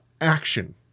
action